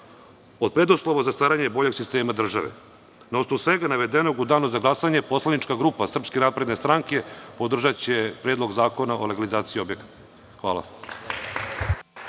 od preduslova za stvaranje boljeg sistema države. Na osnovu svega navedenog u danu za glasanje, poslanička grupa Srpske napredne stranke podržaće Predlog zakona o legalizaciji objekata. Hvala.